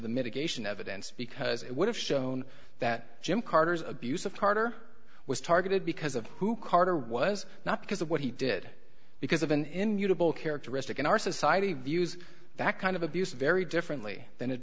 the mitigation evidence because it would have shown that jim carter's abusive partner was targeted because of who carter was not because of what he did because of an immutable characteristic in our society views that kind of abuse very differently than it